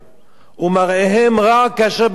ומראיהן רע כאשר בתחילה.